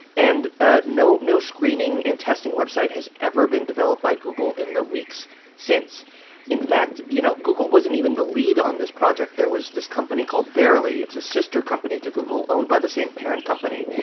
and ah no no screening and testing website has ever been developed by google in the weeks since in fact, you know, google wasn't even the lead on this project. there was this company called verily. it's a sister company to google owned by the same parent company.